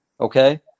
okay